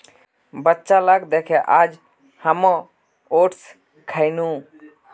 बच्चा लाक दखे आइज हामो ओट्स खैनु